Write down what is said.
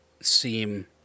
seem